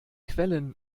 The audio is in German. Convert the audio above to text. quellen